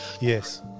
Yes